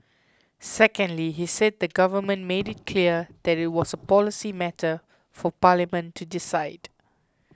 secondly he said the government made it clear that it was a policy matter for parliament to decide